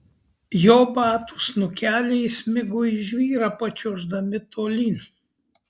jo batų snukeliai įsmigo į žvyrą pačiuoždami tolyn